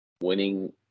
Winning